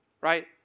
right